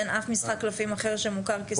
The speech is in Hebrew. אין אף משחק קלפים אחר שמוכר כספורט?